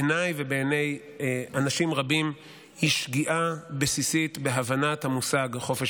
בעיניי ובעיני אנשים רבים היא שגיאה בסיסית בהבנת המושג חופש